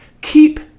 Keep